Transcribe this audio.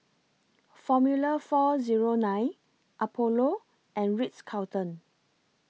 Formula four Zero nine Apollo and Ritz Carlton